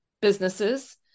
businesses